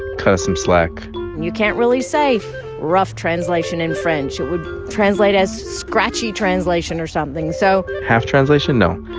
cut us some slack you can't really say rough translation in french. it would translate as scratchy translation or something. so. half translation? no,